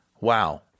Wow